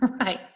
Right